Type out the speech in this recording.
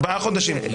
ארבעה חודשים.